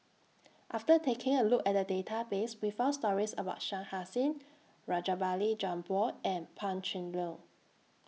after taking A Look At The Database We found stories about Shah Hussain Rajabali Jumabhoy and Pan Cheng Lui